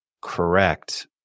correct